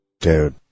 Dude